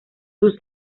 sus